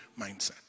mindset